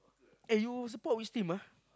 eh you support which team ah